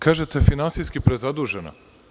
Kažete, finansijski prezadužena.